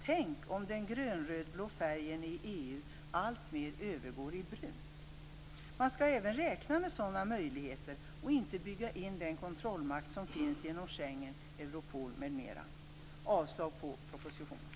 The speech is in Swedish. Tänk om den grön-röd-blå färgen i EU alltmer övergår i brunt! Man skall även räkna med sådana möjligheter och inte bygga in den kontrollmakt som finns genom Schengen, Europol m.m. Jag yrkar avslag på propositionen.